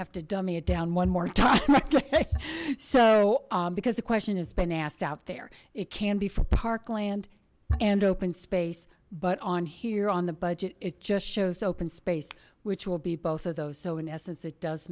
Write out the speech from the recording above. to dummy it down one more time so because the question has been asked out there it can be for parkland and open space but on here on the budget it just shows open space which will be both of those so in essence it does